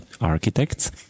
architects